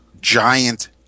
giant